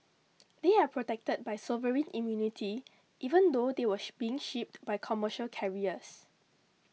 they are protected by sovereign immunity even though they were being shipped by commercial carriers